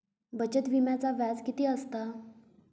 बचत विम्याचा व्याज किती असता?